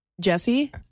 Jesse